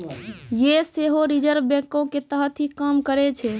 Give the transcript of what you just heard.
यें सेहो रिजर्व बैंको के तहत ही काम करै छै